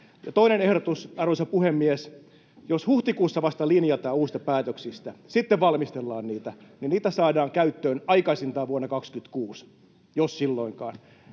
Toinen ehdotus, arvoisa puhemies: Jos huhtikuussa vasta linjataan uusista päätöksistä ja sitten valmistellaan niitä, niin niitä saadaan käyttöön aikaisintaan vuonna 26, jos silloinkaan.